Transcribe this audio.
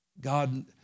God